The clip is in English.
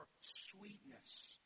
sweetness